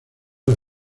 las